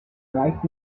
right